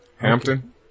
Hampton